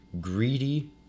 greedy